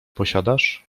posiadasz